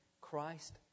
Christ